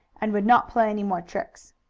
and would not play any more tricks.